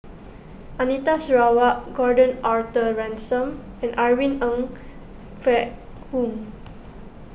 Anita Sarawak Gordon Arthur Ransome and Irene Ng Phek Hoong